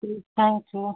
ठीक है thank you